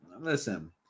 listen